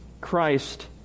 Christ